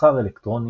מסחר אלקטרוני,